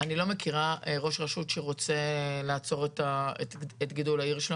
אני לא מכירה ראש רשות שרוצה לעצור את גידול העיר שלו.